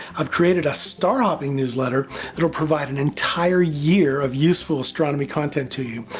i've created a star hopping newsletter that will provide an entire year of useful astronomy content to you,